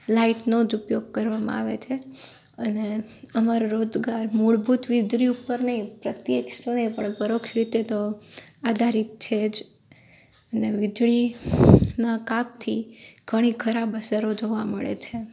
લાઇટનો જ ઉપયોગ કરવામાં આવે છે અને અમારો રોજગાર મૂળભૂત વીજળી ઉપર નહીં પ્રત્યક્ષ નહીં પણ પરોક્ષ રીતે તો આધારિત છે જ ને વીજળીના કાપથી ઘણી ખરાબ અસરો જોવા મળે છે